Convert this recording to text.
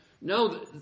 No